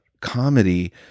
comedy